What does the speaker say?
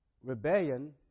rebellion